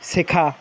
শেখা